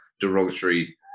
derogatory